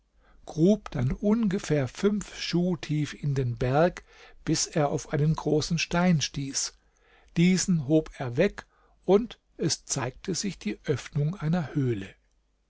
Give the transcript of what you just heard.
grub dann ungefähr fünf schuh tief in den berg bis er auf einen großen stein stieß diesen hob er weg und es zeigte sich die öffnung einer höhle